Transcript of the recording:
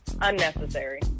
Unnecessary